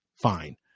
fine